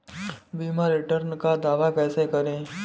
बीमा रिटर्न का दावा कैसे करें?